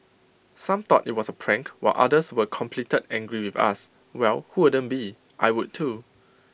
some thought IT was A prank while others were completed angry with us well who wouldn't be I would too